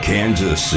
Kansas